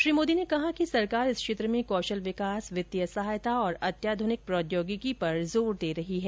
श्री मोदी ने कहा कि सरकार इस क्षेत्र में कौशल विकास वित्तीय सहायता और अत्याधुनिक प्रौद्योगिकी पर जोर दे रही है